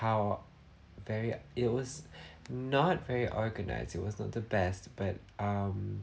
how very it was not very organized it was not the best but um